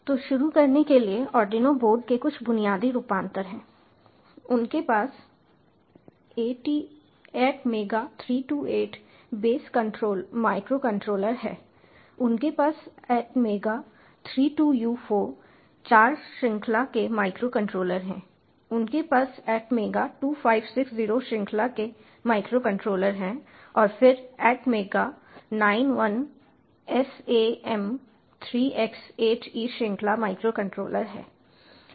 तो शुरू करने के लिए आर्डिनो बोर्डों के कुछ बुनियादी रूपांतर हैं उनके पास ATMEGA328 बेस माइक्रोकंट्रोलर हैं उनके पास ATMEGA32u4 चार श्रृंखला के माइक्रोकंट्रोलर हैं उनके पास ATMEGA2560 श्रृंखला के माइक्रोकंट्रोलर हैं और फिर ATMEGA91SAM3X8E श्रृंखला माइक्रोकंट्रोलर हैं